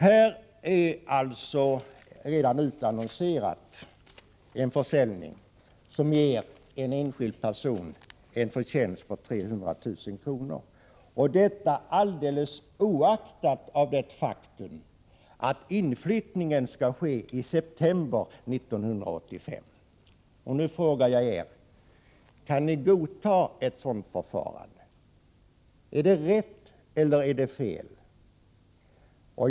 Här är alltså en försäljning utannonserad som ger en enskild person en förtjänst på över 300 000 kr., detta alldeles oaktat det faktum att inflyttningen skall ske i september 1985. Nu frågar jag er: Kan ni godta ett sådant förfarande? Är det rätt eller är det fel?